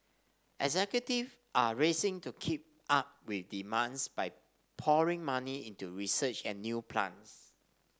executive are racing to keep up with demands by pouring money into research and new plants